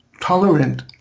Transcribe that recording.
tolerant